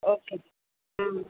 okay हा